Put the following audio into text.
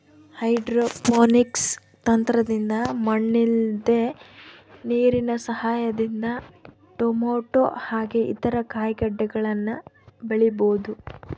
hydroponics ತಂತ್ರದಿಂದ ಮಣ್ಣಿಲ್ದೆ ನೀರಿನ ಸಹಾಯದಿಂದ ಟೊಮೇಟೊ ಹಾಗೆ ಇತರ ಕಾಯಿಗಡ್ಡೆಗಳನ್ನ ಬೆಳಿಬೊದು